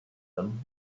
them